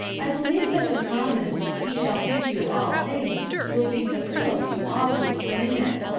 i believe that the promise, he shall teach you all things will be fulfilled to all who claim it,